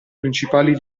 principali